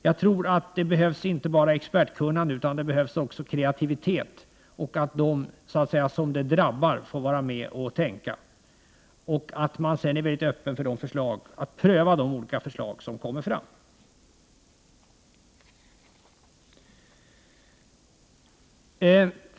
Jag tror att det behövs inte bara expertkunnande utan också kreativitet och att de som det ”drabbar” får vara med och tänka. Sedan skall man vara öppen för att pröva de olika förslag som kommer fram. Fru talman!